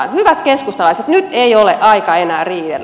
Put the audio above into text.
hyvät keskustalaiset nyt ei ole aika enää riidellä